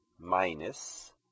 minus